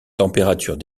température